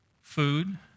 food